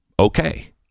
Okay